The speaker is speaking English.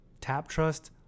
TapTrust